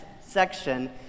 section